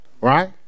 right